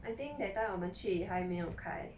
I think that time 我们去还没有开